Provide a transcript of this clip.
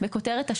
ממשיכה במקומה.